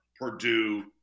Purdue